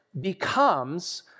becomes